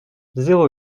zéro